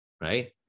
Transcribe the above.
Right